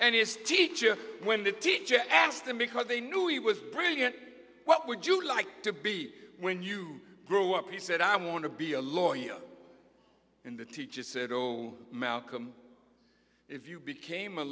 and his teacher when the teacher asked him because they knew he was brilliant what would you like to be when you grow up he said i want to be a lawyer and the teacher said oh malcolm if you became a